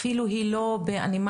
אפילו היא לא באנימציה,